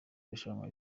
irushanwa